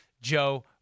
Joe